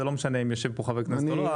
לא משנה אם יושבים פה חברי כנסת או לא.